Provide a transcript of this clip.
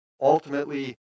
Ultimately